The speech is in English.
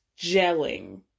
gelling